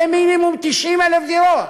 זה מינימום 90,000 דירות.